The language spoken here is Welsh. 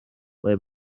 ble